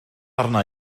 arna